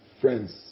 friends